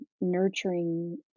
nurturing